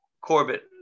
Corbett